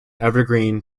evergreen